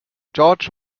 george